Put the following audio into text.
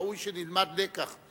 ובאמת ראוי שנלמד לקח,